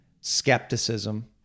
skepticism